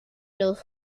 los